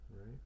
right